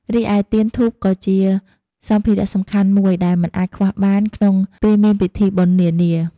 រីឯ ទៀនធូបក៏ជាសម្ភារៈសំខាន់មួយ ដែលមិនអាចខ្វះបានក្នុងពេលមានពិធីបុណ្យនានា។